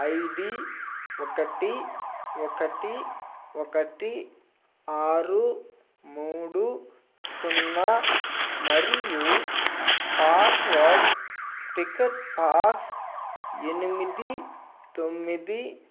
I D ఒకటి ఒకటి ఒకటి ఆరు మూడు సున్నా మరియు పాస్వర్డ్ టికెట్ పాస్ ఎనిమిది తొమ్మిది